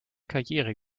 karriere